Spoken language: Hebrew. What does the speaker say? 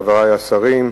תודה רבה, חברי השרים,